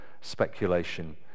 speculation